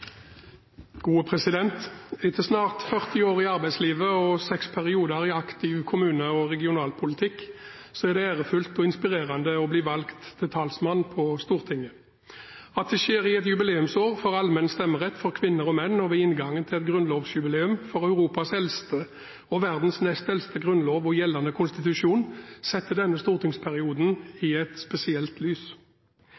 gode og trygge kår for de mest sårbare i vårt samfunn, nemlig barna som ikke har vært så heldige å ha hatt dette som utgangspunkt i sine liv. Etter snart 40 år i arbeidslivet og seks perioder i aktiv kommune- og regionalpolitikk, er det ærefullt og inspirerende å bli valgt til talsmann på Stortinget. At det skjer i et jubileumsår for allmenn stemmerett for kvinner og menn og ved inngangen til et